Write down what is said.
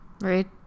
Right